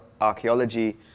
archaeology